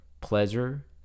Pleasure